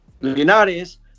Linares